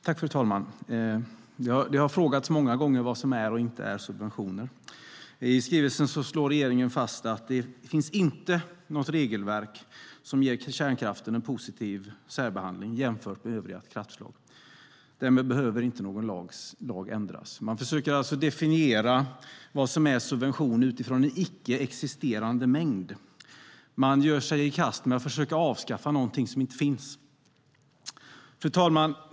Fru talman! Det har frågats många gånger vad som är och inte är subventioner. I skrivelsen slår regeringen fast att det finns inte något regelverk som ger kärnkraften en positiv särbehandling jämfört med övriga kraftslag. Därmed behöver inte någon lag ändras. Man försöker alltså definiera vad som är en subvention utifrån en icke existerande mängd. Man ger sig i kast med att försöka avskaffa något som inte finns. Fru talman!